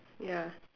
ya